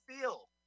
feel